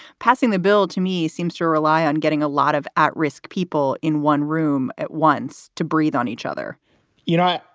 passing the bill to me seems to rely on getting a lot of at risk people in one room at once to breathe on each other you know,